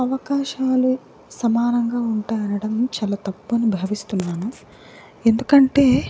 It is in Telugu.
అవకాశాలు సమానంగా ఉంటాయనడం చాలా తప్పు అని భావిస్తున్నాను ఎందుకంటే